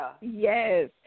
Yes